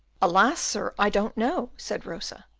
alas! sir, i don't know, said rosa.